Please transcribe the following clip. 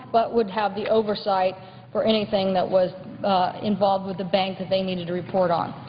but would have the oversight for anything that was involved with the bank that they needed to report on.